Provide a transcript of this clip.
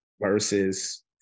versus